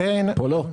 כאן לא.